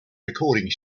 recording